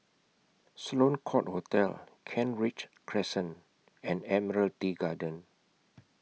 Sloane Court Hotel Kent Ridge Crescent and Admiralty Garden